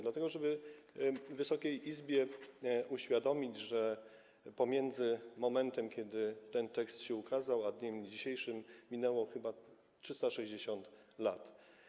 Dlatego, żeby Wysokiej Izbie uświadomić, że pomiędzy momentem, kiedy ten tekst się ukazał, a dniem dzisiejszym minęło chyba 360 lat.